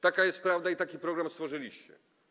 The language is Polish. Taka jest prawda, taki program stworzyliście.